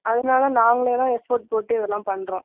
அதனால நாங்களே தான் எஃபோர்ட் போட்டு இதெல்லாம் பண்ணுறோம்